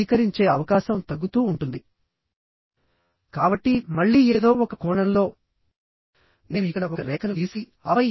దీనిని తీసుకుంటే ఇక్కడ ప్లేట్ యొక్క విడ్త్ b మరియు తిక్నెస్ t